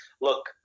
look